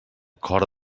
cor